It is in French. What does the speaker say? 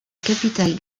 capitale